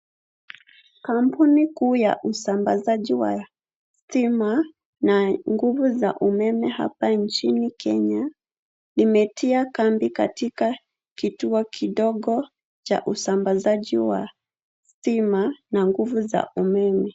Kampuni kuu ya usambazaji wa stima na nguvu za umeme hapa nchini Kenya, limetia kambi katika kituo kidogo cha usambazaji wa stima na nguvu za umeme.